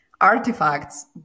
artifacts